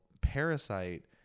Parasite